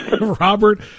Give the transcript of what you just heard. Robert